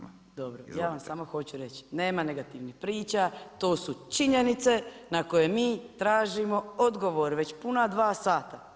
Dobro ja vam samo hoću reći, nema negativnih priča, to su činjenice na koje mi tražimo odgovor već puna 2 sata.